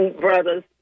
brothers